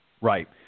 Right